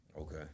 Okay